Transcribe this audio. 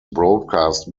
broadcast